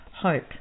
hope